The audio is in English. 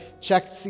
check